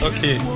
Okay